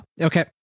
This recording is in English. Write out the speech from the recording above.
okay